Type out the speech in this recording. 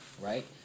Right